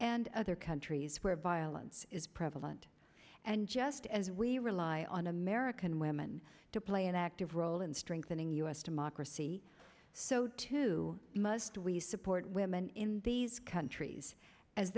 and other countries where violence is prevalent and just as we rely on american women to play an active role in strengthening us democracy so to must we support women in these countries as